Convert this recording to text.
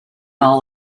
all